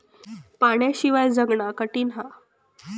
पाण्याशिवाय जगना कठीन हा